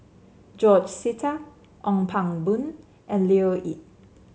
George Sita Ong Pang Boon and Leo Yip